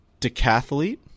decathlete